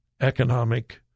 Economic